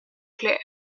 clair